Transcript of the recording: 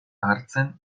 hartzen